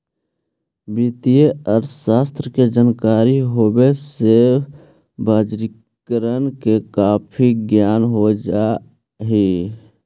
वित्तीय अर्थशास्त्र की जानकारी होवे से बजारिकरण का काफी ज्ञान हो जा हई